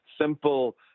simple